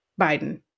Biden